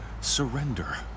Surrender